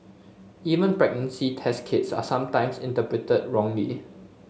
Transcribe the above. even pregnancy test kits are sometimes interpreted wrongly